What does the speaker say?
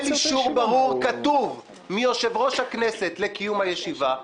אישור ברור כתוב מיושב-ראש הכנסת לקיום הישיבה.